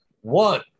One